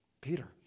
peter